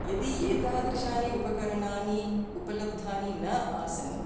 यदि एतादृशानि उपकरणानि उपलब्धानि न आसन्